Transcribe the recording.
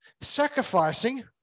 sacrificing